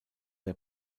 der